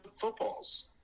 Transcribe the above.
footballs